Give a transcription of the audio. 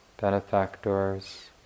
benefactors